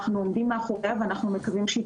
אנחנו עומדים מאחוריה ואנחנו מקווים שהיא